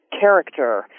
character